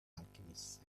alchemist